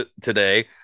today